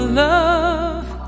love